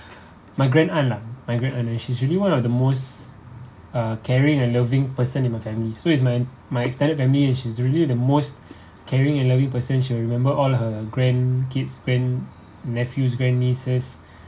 my grandaunt lah my grandaunt and she's really one of the most uh caring and loving person in my family so it's my my extended family she's really the most caring and loving person she remember all her grandkids grandnephews grandnieces